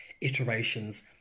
iterations